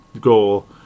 goal